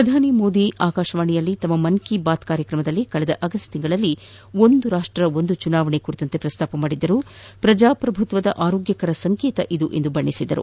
ಪ್ರಧಾನಿ ಮೋದಿ ಆಕಾಶವಾಣಿಯಲ್ಲಿ ತಮ್ಮ ಮನ್ ಕಿ ಬಾತ್ ಕಾರ್ಯಕ್ರಮದಲ್ಲಿ ಕಳೆದ ಆಗಸ್ಚ್ನಲ್ಲಿ ಒಂದು ದೇಶ ಒಂದು ಚುನಾವಣೆ ಕುರಿತಂತೆ ಪ್ರಸ್ತಾಪಿಸಿ ಪ್ರಜಾಪ್ರಭುತ್ವದ ಆರೋಗ್ಯಕರ ಸಂಕೇತವೆಂದು ಬಣ್ಣಿಸಿದ್ದರು